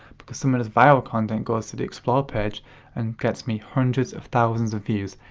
as some of this viral content goes to the explore page and gets me hundreds of thousands of views.